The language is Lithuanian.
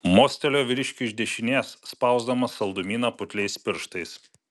mostelėjo vyriškiui iš dešinės spausdamas saldumyną putliais pirštais